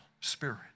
spirit